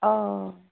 অঁ